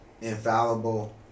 infallible